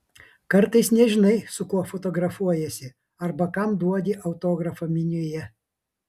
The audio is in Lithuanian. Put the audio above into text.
kartais nežinai su kuo fotografuojiesi arba kam duodi autografą minioje